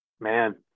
Man